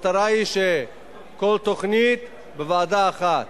המטרה היא שכל תוכנית בוועדה אחת.